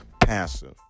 passive